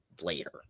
later